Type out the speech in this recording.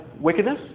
wickedness